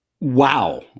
Wow